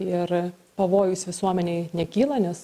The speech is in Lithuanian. ir pavojus visuomenei nekyla nes